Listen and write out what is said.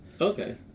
Okay